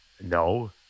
No